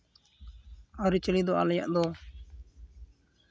ᱟᱹᱨᱤᱪᱟᱹᱞᱤ ᱫᱚ ᱟᱞᱮᱭᱟᱜ ᱫᱚ